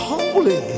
Holy